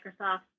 Microsoft